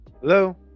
Hello